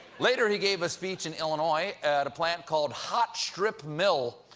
later he gave a speech in illinois, at a plant called hot strip mill.